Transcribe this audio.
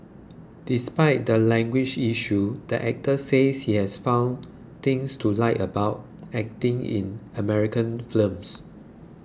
despite the language issue the actor says he has found things to like about acting in American films